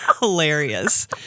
Hilarious